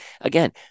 Again